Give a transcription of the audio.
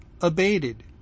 abated